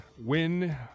win